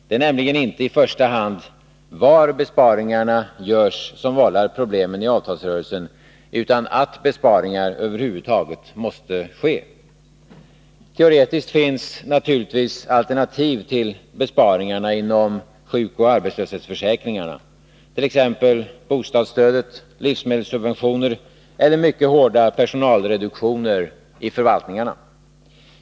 Det är nämligen inte i första hand var besparingarna görs som vållar problemen i avtalsrörelsen utan att besparingar över huvud taget måste göras. Teoretiskt finns det naturligtvis alternativ till besparingarna inom sjukoch arbetslöshetsförsäkringarna: t.ex. bostadsstödet, livsmedelssubventionerna eller mycket hårda personalreduktioner i förvaltningarna.